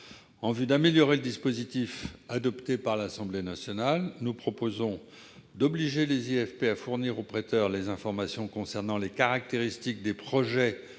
En vue d'améliorer le dispositif adopté par l'Assemblée nationale, nous proposons, d'une part, d'obliger les IFP à fournir aux prêteurs les informations concernant les caractéristiques des projets